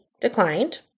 declined